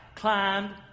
Climbed